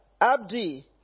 Abdi